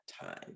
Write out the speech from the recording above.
time